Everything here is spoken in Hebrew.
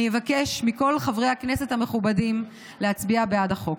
אני אבקש מכל חברי הכנסת המכובדים להצביע בעד החוק.